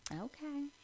okay